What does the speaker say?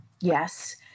Yes